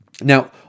Now